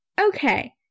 Okay